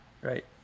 Right